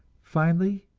finally,